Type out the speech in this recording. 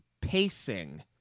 pacing